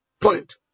point